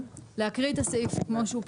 להקריא את הסעיף כמו שהוא פורסם,